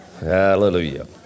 Hallelujah